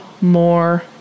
more